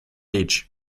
aici